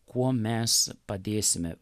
kuo mes padėsime